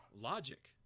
Logic